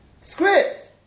script